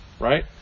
right